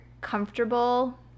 comfortable